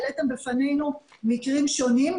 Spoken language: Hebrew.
העליתם בפנינו מקרים שונים,